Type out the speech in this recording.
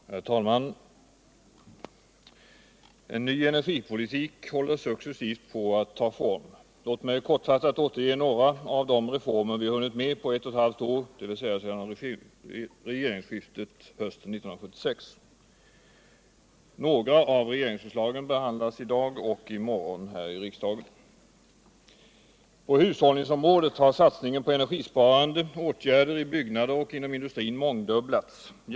Herr talman! En ny energipolitik håller successivt på att ta form. Låt mig kortfattat återge några av de reformer vi har hunnit med på ett och ett halvt år, dvs. sedan regeringsskiftet hösten 1976. Några av regeringsförslagen behandlas i dag och i morgon här i riksdagen. På hushållningsområdet har satsningen på energisparande åtgärder i byggnader och inom industrin mångdubblats.